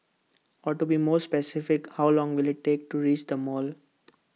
or to be more specific how long will IT take to reach the mall